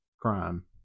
crime